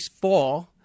fall